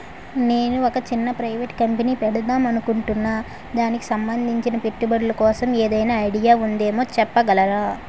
నేను ఒక చిన్న ప్రైవేట్ కంపెనీ పెడదాం అనుకుంటున్నా దానికి సంబందించిన పెట్టుబడులు కోసం ఏదైనా ఐడియా ఉందేమో చెప్పగలరా?